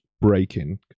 breaking